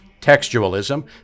textualism